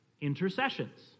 intercessions